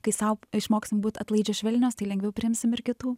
kai sau išmoksim būt atlaidžios švelnios tai lengviau priimsim ir kitų